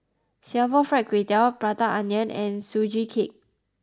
Singapore Fried Kway Tiao Prata Onion and Sugee Cake